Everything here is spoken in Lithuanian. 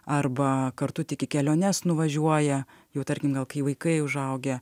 arba kartu tik į keliones nuvažiuoja jau tarkim gal kai vaikai užaugę